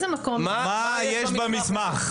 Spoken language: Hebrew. מה יש בתוך המסמך הזה?